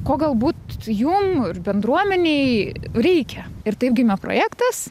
ko galbūt jum ir bendruomenei reikia ir taip gimė projektas